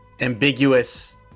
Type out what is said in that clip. ambiguous